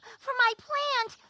for my plant.